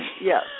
Yes